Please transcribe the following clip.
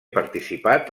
participat